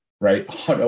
right